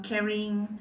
carrying